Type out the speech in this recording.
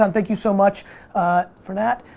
um thank you so much for that.